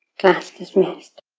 class dismissed.